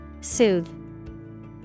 Soothe